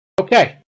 Okay